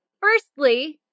Firstly